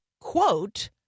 quote